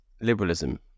liberalism